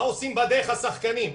מה עושים בדרך השחקנים?